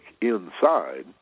inside